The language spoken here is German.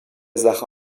sache